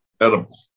edible